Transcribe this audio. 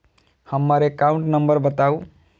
हम्मर account number बताऊ?